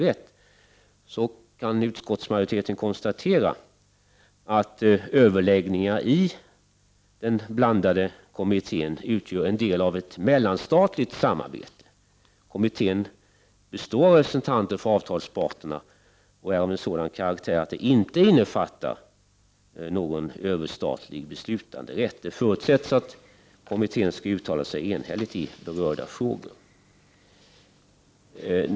Utskottsmajoriteten kan med anledning av detta konstatera att överläggningar i den blandade kommittén utgör en del av ett mellanstatligt samarbete. Kommittén består av representanter för avtalsparterna och är av en sådan karaktär att den inte har någon överstatlig beslutanderätt. Det förutsätts att kommittén skall uttala sig enhälligt i de berörda frågorna.